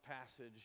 passage